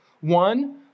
One